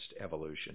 evolution